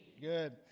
good